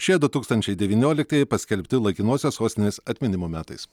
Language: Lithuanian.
šie du tūkstančiai devynioliktieji paskelbti laikinosios sostinės atminimo metais